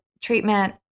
treatment